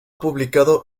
publicado